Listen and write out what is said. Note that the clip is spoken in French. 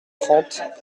trente